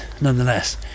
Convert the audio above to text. nonetheless